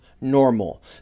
normal